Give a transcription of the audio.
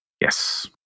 yes